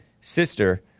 sister